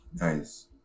Nice